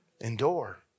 Endure